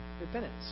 repentance